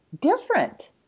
different